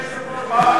אדוני היושב-ראש,